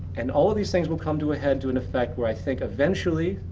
and all of these things will come to a head to an effect where i think eventually,